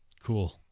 Cool